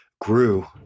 grew